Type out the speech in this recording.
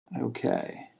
Okay